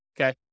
Okay